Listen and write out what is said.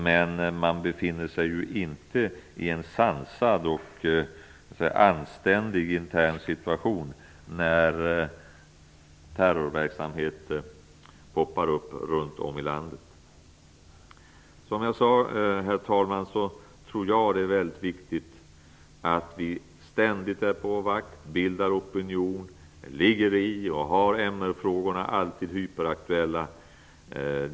Men landet befinner sig inte i en sansad och anständig intern situation när terrorverksamhet poppar upp runt om i landet. Herr talman! Det är viktigt att vi ständigt är på vår vakt, bildar opinion, ligger i och alltid har MR frågorna hyperaktuella.